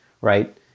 right